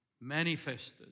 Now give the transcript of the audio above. manifested